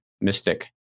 mystic